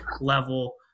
level